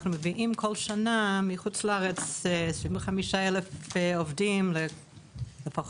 אנחנו מביאים מחוץ לארץ בכל שנה כ-25 אלף עובדים לפחות,